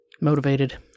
Motivated